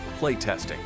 playtesting